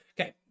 Okay